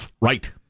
Right